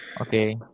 Okay